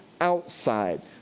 outside